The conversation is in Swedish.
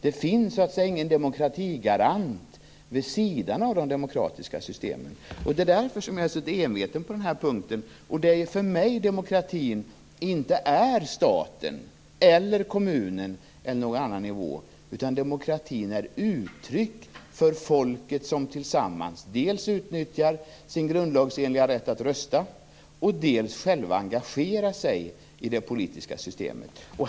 Det finns ingen demokratigarant vid sidan av de demokratiska systemen. Det är därför jag är så enveten på den här punkten. För mig är demokratin inte staten, kommunen eller någon annan nivå. Demokratin är ett uttryck för folket som tillsammans dels utnyttjar sin grundlagsenliga rätt att rösta, dels själva engagerar sig i det politiska systemet.